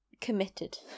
committed